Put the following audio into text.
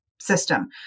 system